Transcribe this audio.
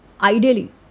Ideally